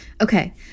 Okay